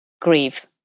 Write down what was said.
grieve